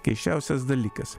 keisčiausias dalykas